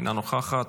אינה נוכחת,